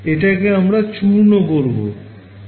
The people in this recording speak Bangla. এটাকে আমরা চূর্ণ করবো